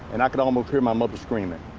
and i could almost hear my mother screaming.